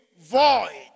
void